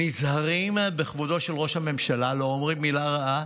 נזהרים בכבודו של ראש הממשלה, לא אומרים מילה רעה